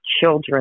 children